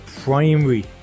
primary